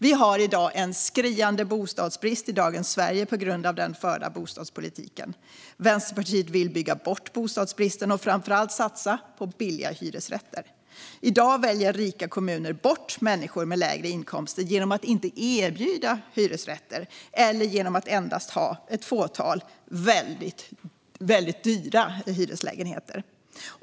Vi har en skriande bostadsbrist i dagens Sverige på grund av den förda bostadspolitiken. Vänsterpartiet vill bygga bort bostadsbristen och framför allt satsa på billiga hyresrätter. I dag väljer rika kommuner bort människor med lägre inkomster genom att inte erbjuda hyresrätter eller genom att endast ha ett fåtal väldigt dyra hyreslägenheter.